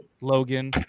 Logan